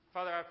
Father